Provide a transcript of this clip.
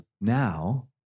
now